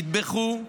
נטבחו,